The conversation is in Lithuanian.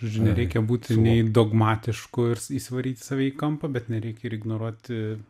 žodžiu nereikia būti nei dogmatišku ir s įsivaryt save į kampą bet nereikia ir ignoruoti